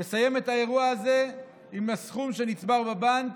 תסיים את האירוע הזה עם הסכום שנצבר בבנק,